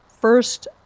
First